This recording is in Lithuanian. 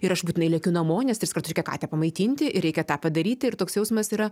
ir aš būtinai lekiu namo nes tris kartus reikia katę pamaitintiir reikia tą padaryti ir toks jausmas yra